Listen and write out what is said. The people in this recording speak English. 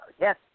yes